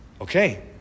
Okay